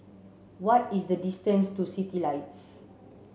what is the distance to Citylights